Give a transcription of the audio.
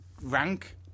rank